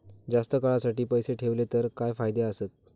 जास्त काळासाठी पैसे ठेवले तर काय फायदे आसत?